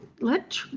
let